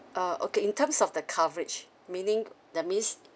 uh okay in terms of the coverage meaning that means